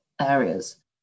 areas